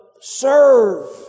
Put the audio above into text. serve